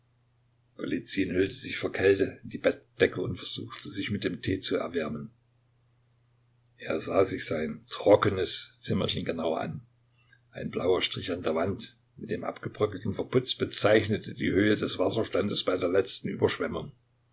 hüllte sich vor kälte in die bettdecke und versuchte sich mit dem tee zu erwärmen er sah sich sein trockenes zimmerchen genauer an ein blauer strich an der wand mit dem abgebröckelten verputz bezeichnete die höhe des wasserstandes bei der letzten überschwemmung